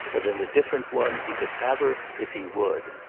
but in a different one he could have her if he would.